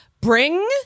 bring